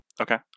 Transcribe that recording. Okay